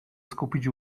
skupić